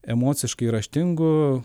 emociškai raštingu